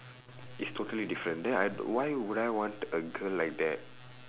is totally different then I why would I want a girl like that